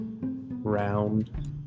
Round